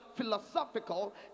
philosophical